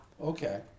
Okay